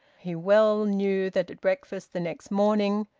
he well knew that at breakfast the next morning,